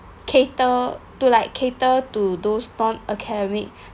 cater to like cater to those non academic